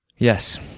yes.